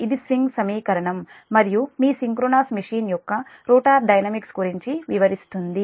ఇది స్వింగ్ సమీకరణం మరియు మీ సింక్రోనస్ మెషిన్ యొక్క రోటర్ డైనమిక్స్ గురించి వివరిస్తుంది